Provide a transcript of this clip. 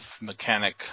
mechanic